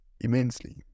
immensely